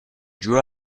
drew